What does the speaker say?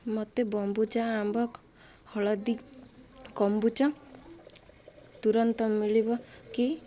ମୋତେ ବମ୍ବୁଚା ଆମ୍ବ ହଳଦୀ କମ୍ବୁଚା ତୁରନ୍ତ ମିଳିବ କି